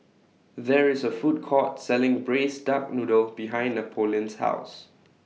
There IS A Food Court Selling Braised Duck Noodle behind Napoleon's House